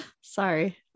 sorry